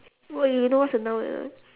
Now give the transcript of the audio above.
what you know what's a noun or not